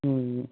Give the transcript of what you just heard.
ꯎꯝ